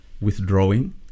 withdrawing